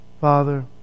Father